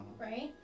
right